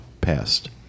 passed